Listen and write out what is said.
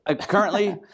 currently